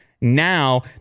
Now